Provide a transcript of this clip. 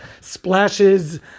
splashes